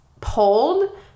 pulled